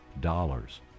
dollars